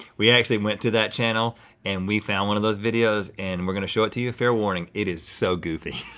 we actually went to that channel and we found one of those videos and we're gonna show it to you. fair warning, it is so goofy.